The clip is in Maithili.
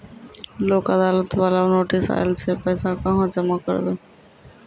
लोक अदालत बाला नोटिस आयल छै पैसा कहां जमा करबऽ?